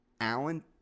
Allen